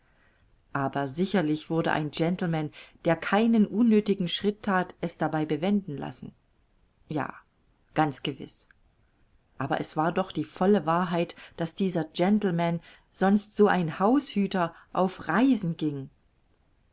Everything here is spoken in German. aber sicherlich wurde ein gentleman der keinen unnöthigen schritt that es dabei bewenden lassen ja ganz gewiß aber es war doch die volle wahrheit daß dieser gentleman sonst so ein haushüter auf reisen ging